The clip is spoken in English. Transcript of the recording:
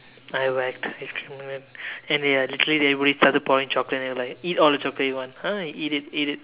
I whacked ice cream and they uh literally they really started pouring chocolate and I'm like eat all the chocolate you want ah eat it eat it